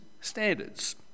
standards